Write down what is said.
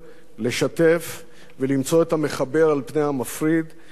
למצוא את המחבר על פני המפריד ולשים את טובת המדינה